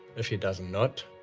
if he does not,